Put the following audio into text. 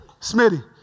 Smitty